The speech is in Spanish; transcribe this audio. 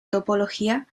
topología